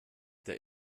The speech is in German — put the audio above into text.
der